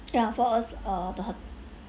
ya for us uh the hot~